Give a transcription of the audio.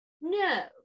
No